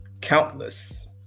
countless